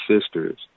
sisters